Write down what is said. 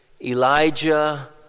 Elijah